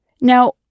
Now